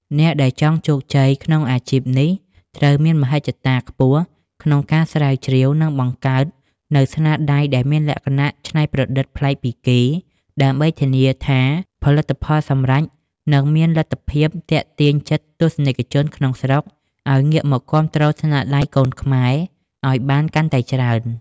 អ្នកដែលចង់ជោគជ័យក្នុងអាជីពនេះត្រូវមានមហិច្ឆតាខ្ពស់ក្នុងការស្រាវជ្រាវ និងបង្កើតនូវស្នាដៃដែលមានលក្ខណៈច្នៃប្រឌិតប្លែកពីគេ ដើម្បីធានាថាផលិតផលសម្រេចនឹងមានលទ្ធភាពទាក់ទាញចិត្តទស្សនិកជនក្នុងស្រុកឱ្យងាកមកគាំទ្រស្នាដៃកូនខ្មែរឱ្យបានកាន់តែច្រើន។